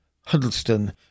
Huddleston